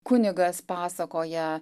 kunigas pasakoja